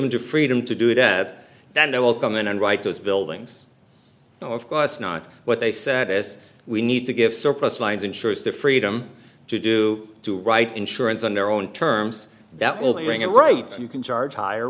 in to freedom to do that then i will come in and write those buildings no of course not what they said is we need to give surplus lines insurance the freedom to do to write insurance on their own terms that will bring it right so you can charge higher